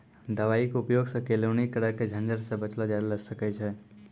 दवाई के उपयोग सॅ केलौनी करे के झंझट सॅ बचलो जाय ल सकै छै